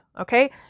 okay